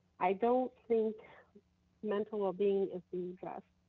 i don't think mental well-being is being addressed.